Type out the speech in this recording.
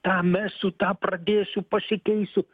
tą mesiu ta pradėsiu pasikeisiu